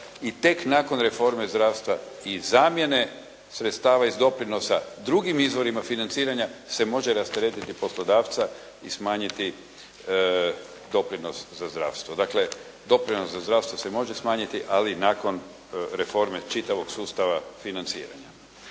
i tek nakon reforme zdravstva i zamjene sredstava iz doprinosa drugim izvorima financiranja se može rasteretiti poslodavca i smanjiti doprinos za zdravstvo. Dakle doprinos za zdravstvo se može smanjiti, ali nakon reforme čitavog sustava financiranja.